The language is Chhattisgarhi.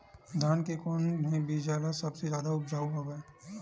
धान के कोन से बीज ह सबले जादा ऊपजाऊ हवय?